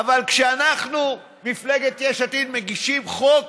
אבל כשאנחנו, מפלגת יש עתיד, מגישים חוק